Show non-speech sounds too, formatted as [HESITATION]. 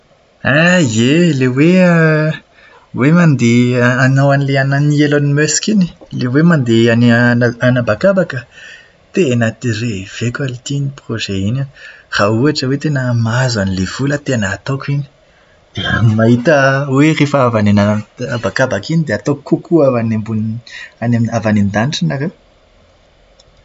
Ah, ie ilay hoe [HESITATION] hoe mandeha hanao an'ilay anona an'i Elon Musk iny? Hoe mandeha any an- anabakabaka? Tena te- reveko l'ty iny projet iny a, raha ohatra hoe tena mahazo an'ilay vola aho tena ataoko iny. Dia any mahita hoe rehefa avy any anabakabaka dia ataoko kokoa avy any ambony avy any an-danitra nareo!